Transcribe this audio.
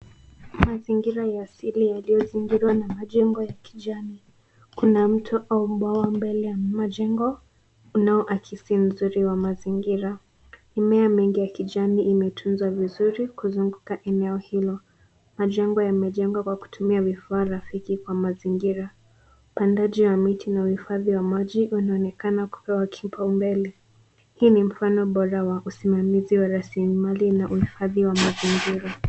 Mazingira ya asili yaliyozingirwa na majengo ya kijani. Kuna mto au bwawa mbele ya majengo unaoakisi mzuri wa mazingira. Mimea mingi ya kijani imetunzwa vizuri kuzunguka eneo hilo. Majengo yamejengwa kwa kutumia vifaa rafiki kwa mazingira. Upandaji wa miti na uhifadhi wa maji unaonekana kupewa kipaumbele. Hii ni mfano bora wa usimamizi wa rasilimali na uhifadhi wa mazingira.